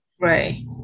Right